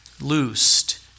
loosed